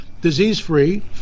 disease-free